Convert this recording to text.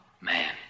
man